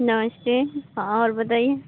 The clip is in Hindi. नमस्ते और बताइए